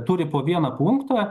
turi po vieną punktą